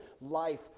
life